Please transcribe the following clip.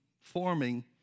forming